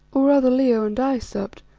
or rather leo and i supped,